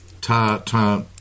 ta-ta